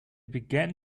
began